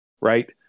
right